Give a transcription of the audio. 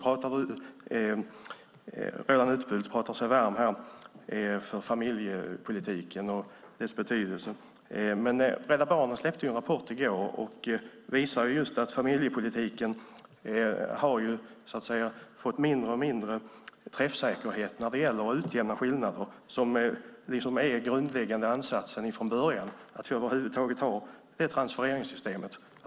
Roland Utbult talar sig varm för familjepolitiken och dess betydelse, men Rädda Barnen släppte en rapport i går som visar att familjepolitiken fått sämre och sämre träffsäkerhet när det gäller att utjämna skillnader, vilket är den grundläggande ansatsen för att över huvud taget ha transfereringssystemet.